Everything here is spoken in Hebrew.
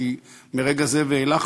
כי מרגע זה ואילך,